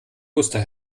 muster